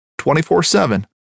24-7